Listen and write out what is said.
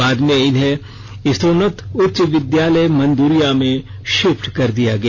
बाद में इन्हें स्तरोन्नत उच्च विद्यालय मंदुरिया में षिफ्ट कर दिया गया